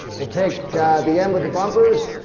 we'll take the end with the bumpers,